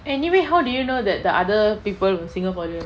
anyway how did you know that the other people were singaporeans